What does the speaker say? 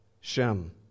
Shem